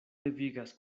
devigas